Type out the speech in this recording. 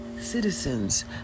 citizens